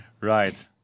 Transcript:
Right